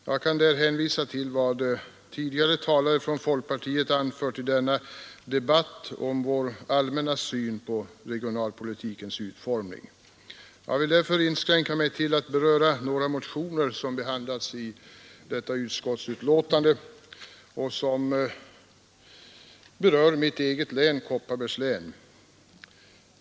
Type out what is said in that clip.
Jag kan där hänvisa till vad tidigare talare från folkpartiet anfört i denna debatt om vår allmänna syn på regionalpolitikens utformning och vill inskränka mig till att beröra ett par motioner, som behandlats i detta utskottsbetänkande och som berör mitt eget län, Kopparbergs län.